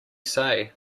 say